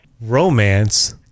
Romance